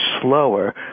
slower